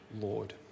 Lord